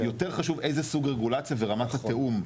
אבל יותר חשוב איזו סוג רגולציה ורמת התיאום.